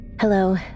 Hello